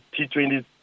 T20